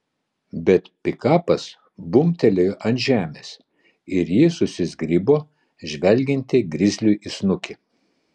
bet pikapas bumbtelėjo ant žemės ir ji susizgribo žvelgianti grizliui į snukį